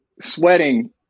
sweating